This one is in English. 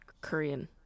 Korean